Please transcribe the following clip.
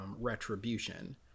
retribution